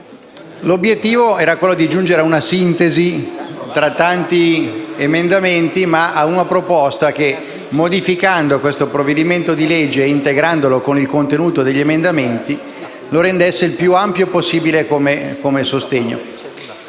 L'obiettivo era quello di giungere a una sintesi tra tanti emendamenti, a una proposta che, modificando questo provvedimento legislativo e integrandolo con il contenuto degli emendamenti, lo rendesse meritevole del sostegno